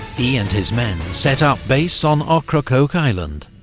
he and his men set up base on ocracoke island,